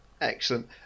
Excellent